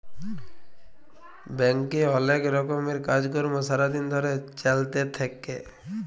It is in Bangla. ব্যাংকে অলেক রকমের কাজ কর্ম সারা দিন ধরে চ্যলতে থাক্যে